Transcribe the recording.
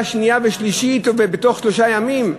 זה דבר שנעשה בקריאה שנייה ושלישית בתוך שלושה ימים?